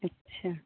अच्छा